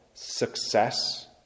success